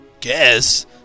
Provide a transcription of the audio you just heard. Guess